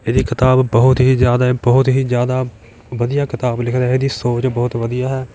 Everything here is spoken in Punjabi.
ਇਹਦੀ ਕਿਤਾਬ ਬਹੁਤ ਹੀ ਜ਼ਿਆਦਾ ਹੈ ਬਹੁਤ ਹੀ ਜ਼ਿਆਦਾ ਵਧੀਆ ਕਿਤਾਬ ਲਿਖ ਰਿਹਾ ਇਹਦੀ ਸੋਚ ਬਹੁਤ ਵਧੀਆ ਹੈ